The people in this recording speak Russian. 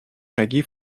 шаги